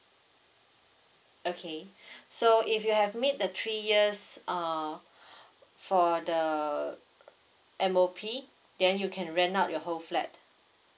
okay so if you have meet the three years uh for the M_O_P then you can rent out your whole flat